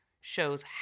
shows